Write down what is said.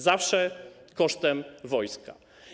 Zawsze kosztem wojska.